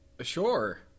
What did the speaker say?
sure